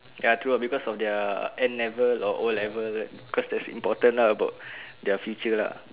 ya true ah because of their N level or O level because that's important lah about their future lah